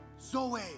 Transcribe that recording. Zoe